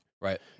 Right